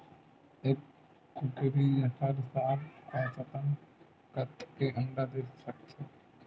एक कुकरी हर साल औसतन कतेक अंडा दे सकत हे?